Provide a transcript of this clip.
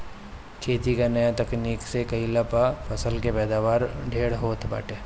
खेती के नया तकनीकी से कईला पअ फसल के पैदावार ढेर होत बाटे